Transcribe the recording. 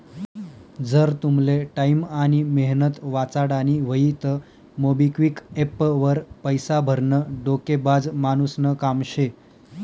जर तुमले टाईम आनी मेहनत वाचाडानी व्हयी तं मोबिक्विक एप्प वर पैसा भरनं डोकेबाज मानुसनं काम शे